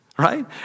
right